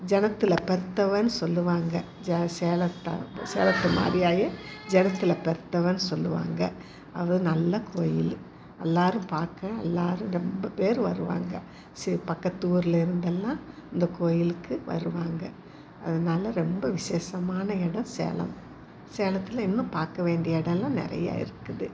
ஜனத்தில் பெருத்தவன்னு சொல்லுவாங்க ஜ சேலத்தா சேலத்து மாரியாய ஜனத்தில் பெருத்தவன்னு சொல்லுவாங்க அது நல்ல கோயில் எல்லாரும் பார்க்க எல்லாரும் ரொம்ப பேர் வருவாங்க சே பக்கத்து ஊருலருந்தெல்லாம் இந்த கோயிலுக்கு வருவாங்க அதனால ரொம்ப விசேஷமான இடம் சேலம் சேலத்தில் இன்னும் பார்க்கவேண்டிய இடம்லாம் நிறையா இருக்குது